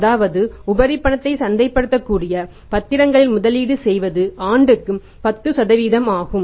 அதாவது உபரி பணத்தை சந்தைப்படுத்தக்கூடிய பத்திரங்களில் முதலீடு செய்வது ஆண்டுக்கு 10 ஆகும்